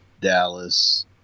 Dallas